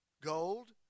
gold